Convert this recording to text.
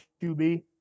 QB